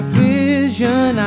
vision